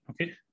okay